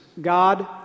God